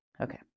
okay